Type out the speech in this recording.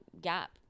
gap